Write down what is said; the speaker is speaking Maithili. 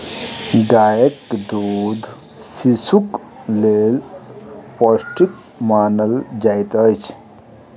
गाय के दूध शिशुक लेल पौष्टिक मानल जाइत अछि